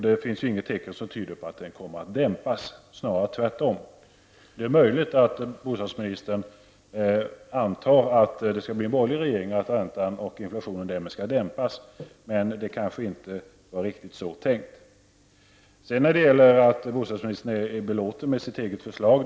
Det finns inget tecken som tyder på att den kommer att dämpas, snarare tvärtom. Det är möjligt att bostadsministern antar att det skall bli en borgerlig regering och att räntan och inflationen därmed skall dämpas, men det var kanske inte riktigt så tänkt. Det vore skräp annars om inte bostadsministern är belåten med sitt eget förslag.